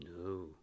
No